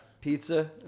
pizza